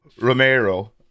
Romero